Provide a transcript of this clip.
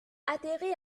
atterri